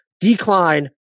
decline